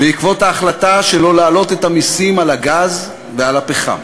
בעקבות ההחלטה שלא להעלות את המסים על הגז ועל הפחם.